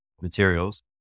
materials